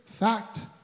fact